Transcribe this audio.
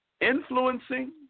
Influencing